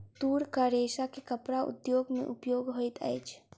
तूरक रेशा के कपड़ा उद्योग में उपयोग होइत अछि